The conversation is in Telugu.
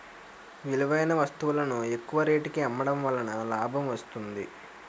విలువైన వస్తువులను ఎక్కువ రేటుకి అమ్మడం వలన లాభం వస్తుంది